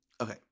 Okay